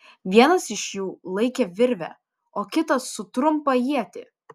vienas iš jų laikė virvę o kitas su trumpą ietį